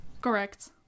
Correct